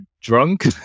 drunk